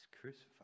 crucified